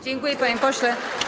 Dziękuję, panie pośle.